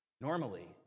Normally